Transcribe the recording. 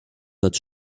that